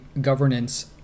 governance